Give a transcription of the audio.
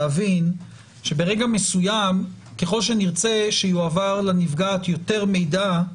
שככל שנרצה שיועבר לנפגעת יותר מידע,